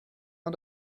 man